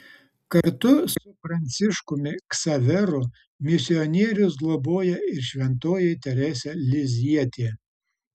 kartu su pranciškumi ksaveru misionierius globoja ir šventoji teresė lizjietė